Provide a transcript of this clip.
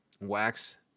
Wax